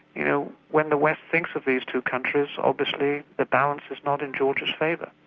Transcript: you know when the west thinks of these two countries, obviously the balance is not in georgia's favour.